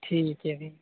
ਠੀਕ ਹੈ ਜੀ